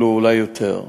אולי אפילו יותר.